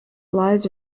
lies